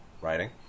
writing